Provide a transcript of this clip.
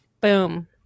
Boom